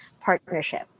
partnership